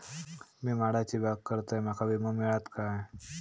मी माडाची बाग करतंय माका विमो मिळात काय?